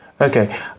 okay